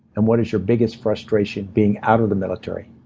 and what is your biggest frustration being out of the military?